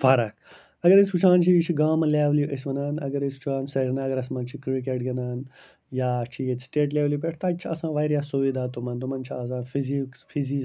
فرق اگر أسۍ وٕچھان چھِ یہِ چھِ گامہٕ لٮ۪ولہِ أسۍ وَنان اگر أسۍ سریٖنَگرَس منٛز چھِ کِرٛکٮ۪ٹ گِنٛدان یا چھِ ییٚتہِ سٕٹیٹ لٮ۪ولہِ پٮ۪ٹھ تَتہِ چھُ آسان واریاہ سُوِدا تِمن تِمن چھِ آسان فِزیٖکٕس فِزی